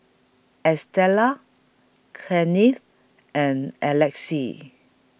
Estella Kenneth and Alexis